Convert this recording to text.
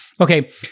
Okay